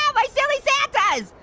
um my silly santas!